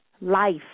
life